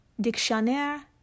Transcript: Dictionnaire